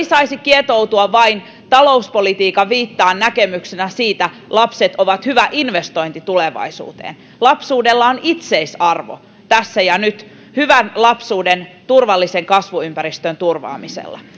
saisi kietoutua vain talouspolitiikan viittaan näkemyksenä siitä että lapset ovat hyvä investointi tulevaisuuteen lapsuudella on itseisarvo tässä ja nyt hyvän lapsuuden turvallisen kasvuympäristön turvaamisella